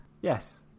yes